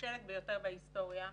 הכושלת ביותר בהיסטוריה,